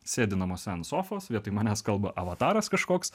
sėdi namuose ant sofos vietoj manęs kalba avataras kažkoks